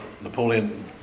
Napoleon